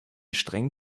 streng